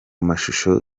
mashusho